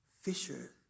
fisher